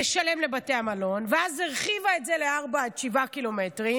נשלם לבתי המלון, ואז הרחיבה את זה ל-4 7 ק"מ,